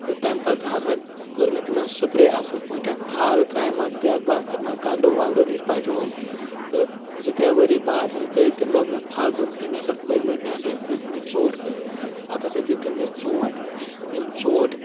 تہٕ تمہِ پتہٕ ہسا کوٚر مےٚ تِمن سپرے اصٕل پٲٹھٮ۪ن کھاد تراے مکھ دیکھ بال کٔرمکھ گَگر وگَگرو نِش بچووُم تہٕ زٕ ترٛےٚ ؤری باد ییٚلہِ گٔیے تٔمۍ لوگ مےٚ پھل دیُن تٔمۍ ہسا لٔگۍ مےٚ ہسا ٲسۍ دِتۍ مٕتۍ ژوٗنٛٹھۍ کُلۍ پتہٕ ہسا دِتۍ تٔمۍ مےٚ ژوٗنٛٹھۍ تِم ژوٗنٛٹھۍ